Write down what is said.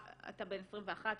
כבר,